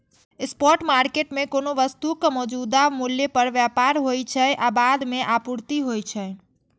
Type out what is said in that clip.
spot market मे कोनो वस्तुक मौजूदा मूल्य पर व्यापार होइ छै आ बाद मे आपूर्ति होइ छै